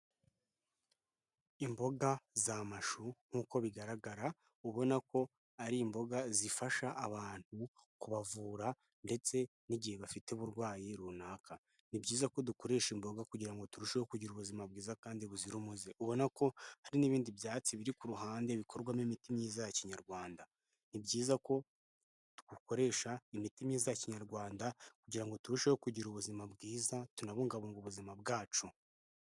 Imboga za mashu nk'uko bigaragara ubona ko ari imboga zifasha abantu kubavura ndetse n'igihe bafite uburwayi runaka. Ni byiza ko dukoresha imboga kugira ngo turusheho kugira ubuzima bwiza kandi buzira umuze, ubona ko hari n'ibindi byatsi biri ku ruhande bikorwamo imiti myiza ya kinyarwanda. Ni byiza ko dukoresha imiti myiza ya kinyarwanda kugira turusheho kugira ubuzima bwiza tunabungabunge ubuzima bwacu.